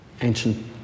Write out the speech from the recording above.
ancient